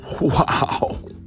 Wow